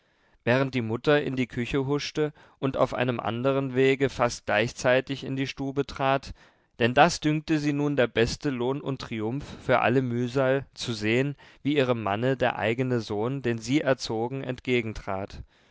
während die mutter in die küche huschte und auf einem andern wege fast gleichzeitig in die stube trat denn das dünkte sie nun der beste lohn und triumph für alle mühsal zu sehen wie ihrem manne der eigne sohn den sie erzogen